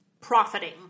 profiting